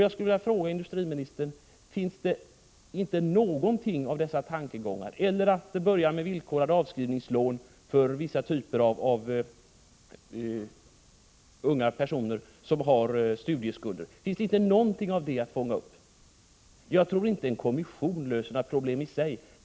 Jag skulle vilja fråga industriministern: Finns det inte någonting av dessa tankegångar, som t.ex. att införa villkorade avskrivningslån för vissa av de unga personer som har studieskulder, som regeringen kan fånga upp? Jag tror inte att en kommission i sig löser några problem.